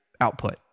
output